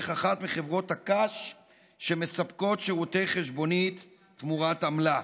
אחת מחברות הקש שמספקות שירותי חשבונית תמורת עמלה.